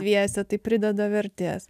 dviese tai prideda vertės